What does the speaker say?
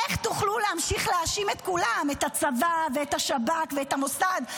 איך תוכלו להמשיך להאשים את כולם את הצבא ואת השב"כ ואת המוסד,